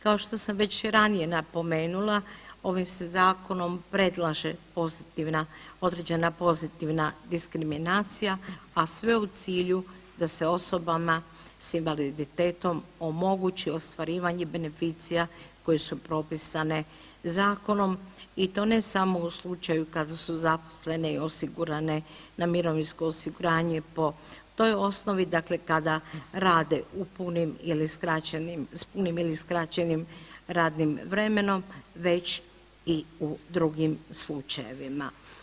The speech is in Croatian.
Kao što sam već ranije napomenula ovim se zakonom predlaže pozitivna određena pozitivna diskriminacija, a sve u cilju da se osobama s invaliditetom omogući ostvarivanje beneficija koje su propisane zakonom i to ne samo u slučaju kada su zaposlene i osigurane na mirovinsko osiguranje po toj osnovi, dakle kada rade u punim, s punim ili skraćenim radnim vremenom već i u drugim slučajevima.